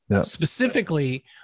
Specifically